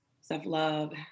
Self-love